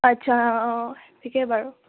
আচ্ছা অঁ ঠিকেই বাৰু